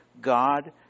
God